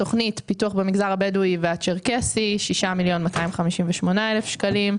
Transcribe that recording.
בתוכנית פיתוח במגזר הבדואי והצ'רקסי יש 6,258,000 שקלים,